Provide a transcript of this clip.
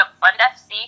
fundfc